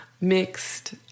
mixed